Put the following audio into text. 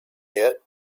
yet